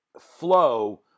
flow